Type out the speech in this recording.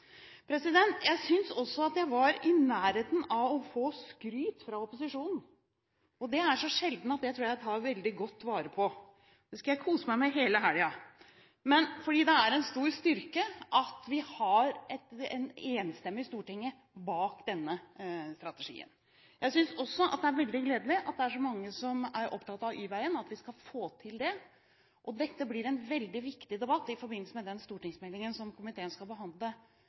Jeg synes jeg var i nærheten av å få skryt fra opposisjonen, og det er så sjeldent at det tror jeg jeg tar veldig godt vare på – det skal jeg kose meg med i hele helgen. Det er en stor styrke at vi har et enstemmig storting bak denne strategien. Jeg synes også det er veldig gledelig at det er så mange som er opptatt av Y-veien, og at vi skal få til det. Dette blir en veldig viktig debatt i forbindelse med stortingsmeldingen som komiteen skal